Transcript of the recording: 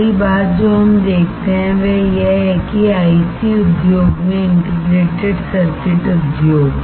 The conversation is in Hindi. पहली बात जो हम देखते हैं वह यह है कि आईसीउद्योग में इंटीग्रेटेड सर्किट उद्योग